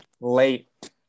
Late